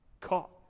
caught